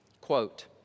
Quote